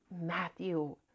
Matthew